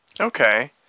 Okay